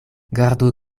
gardu